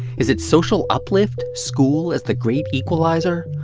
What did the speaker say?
is it social uplift? school as the great equalizer?